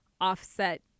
offset